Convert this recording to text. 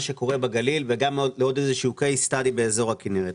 שקורה בגליל וגם לעוד איזשהו קייס סטאדי באזור הכנרת.